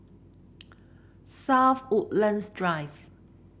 South Woodlands Drive